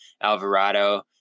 Alvarado